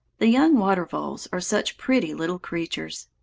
the young water-voles are such pretty little creatures.